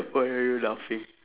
why are you laughing